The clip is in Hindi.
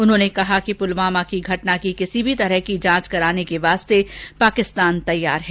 उन्होंने कहा पुलवामा की घटना की किसी भी तरह की जांच कराने के वास्ते पाकिस्तान तैयार है